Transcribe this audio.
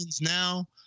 now